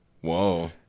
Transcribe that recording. Whoa